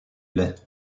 lait